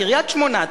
קריית-שמונה,